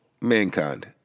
mankind